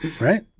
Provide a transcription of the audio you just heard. Right